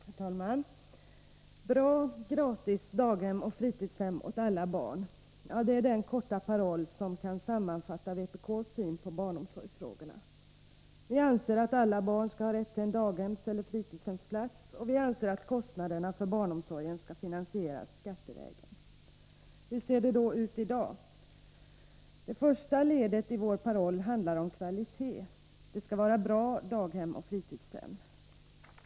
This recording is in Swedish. Om barnomsorgs Herr talman! Bra, gratis daghem och fritidshem åt alla barn. Det är den taxorna korta paroll som kan sammanfatta vpk:s syn på barnomsorgsfrågorna. Vi anser att alla barn skall ha rätt till en daghemseller fritidshemsplats, och vi anser att kostnaderna för barnomsorgen skall finansieras skattevägen. Hur ser det då ut i dag? Det första ledet i vår paroll handlar om kvalitet. Det skall vara bra daghem och fritidshem.